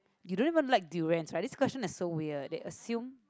you don't even like durians right this question is so weird they assume